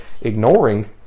ignoring